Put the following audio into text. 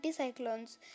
anticyclones